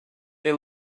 they